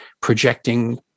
projecting